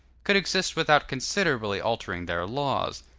could exist without considerably altering their laws.